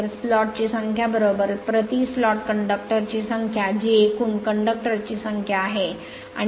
तर स्लॉट ची संख्या प्रति स्लॉट कंडक्टर ची संख्या जी एकूण कंडक्टर ची संख्या आहे